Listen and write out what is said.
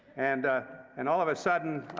and and all of a sudden,